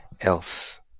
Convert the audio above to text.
else